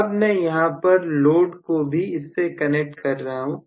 अब मैं यहां पर लोड को भी इससे कनेक्ट कर रहा हूं